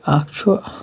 اَکھ چھُ